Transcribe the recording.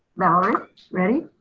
valerie ready?